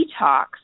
detox